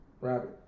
Rabbit